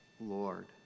Lord